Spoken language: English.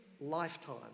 lifetime